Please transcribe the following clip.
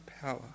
power